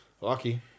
Lucky